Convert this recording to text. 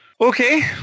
Okay